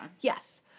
Yes